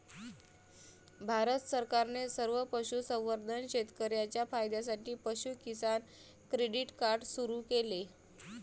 भारत सरकारने सर्व पशुसंवर्धन शेतकर्यांच्या फायद्यासाठी पशु किसान क्रेडिट कार्ड सुरू केले